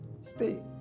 Stay